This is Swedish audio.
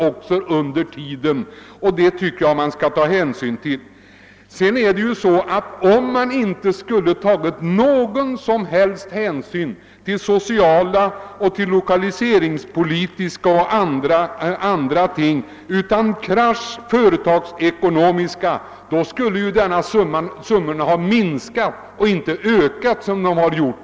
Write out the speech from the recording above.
Om man inte skulle ha tagit några som helst sociala och lokaliseringspolitiska hänsyn utan ha sett krasst företagsekonomiskt på frågan, skulle anslaget ha minskat och inte ökat såsom det har gjort.